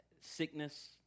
sickness